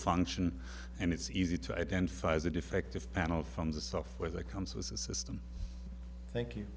function and it's easy to identify as a defective panel from the software that comes with the system thank you